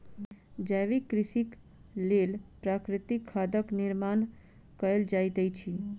जैविक कृषिक लेल प्राकृतिक खादक निर्माण कयल जाइत अछि